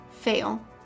fail